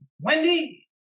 Wendy